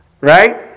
right